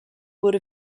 would